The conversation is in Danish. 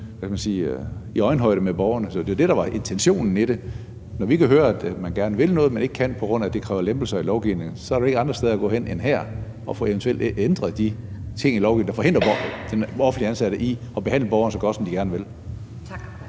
i øjenhøjde med borgerne. Det var det, der var intentionen i det. Når vi kan høre, at man gerne vil noget, men ikke kan, fordi det kræver lempelser i lovgivningen, er der jo ikke andre steder at gå hen end her og eventuelt få ændret de ting i lovgivningen, der forhindrer de offentligt ansatte i at behandle borgerne så godt, som de gerne vil. Kl.